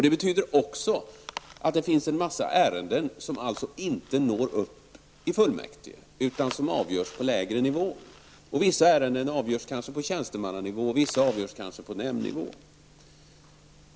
Det betyder också att det kommer att bli en mängd ärenden som inte når upp till fullmäktige, utan som avgörs på en lägre nivå. Vissa ärenden avgörs kanske på tjänstemannanivå och andra på nämndnivå.